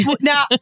now